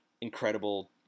incredible